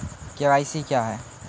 KYC क्या हैं?